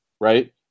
right